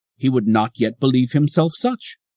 he would not yet believe himself such.